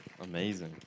amazing